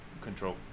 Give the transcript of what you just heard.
control